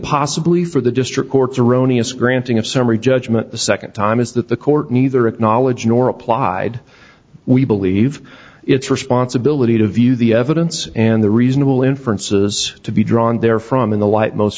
possibly for the district court's erroneous granting of summary judgment the second time is that the court neither acknowledged nor applied we believe its responsibility to view the evidence and the reasonable inferences to be drawn therefrom in the light most